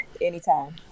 Anytime